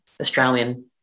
Australian